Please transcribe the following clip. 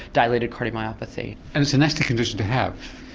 dilated cardiomyopathy. and it's a nasty condition to have.